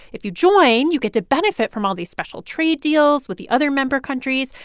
if you join, you get to benefit from all these special trade deals with the other member countries.